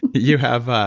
you have ah